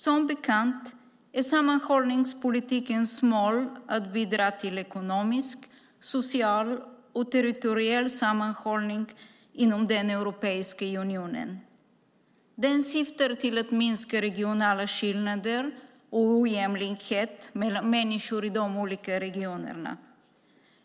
Som bekant är sammanhållningspolitikens mål att bidra till ekonomisk, social och territoriell sammanhållning inom Europeiska unionen. Den syftar till att minska regionala skillnader och ojämlikhet mellan människor i de olika regionerna.